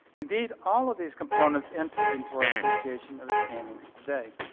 indeed, all of these components enter into our appreciation of his paintings today.